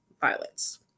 violence